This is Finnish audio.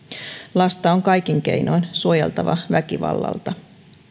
lasta on kaikin keinoin suojeltava väkivallalta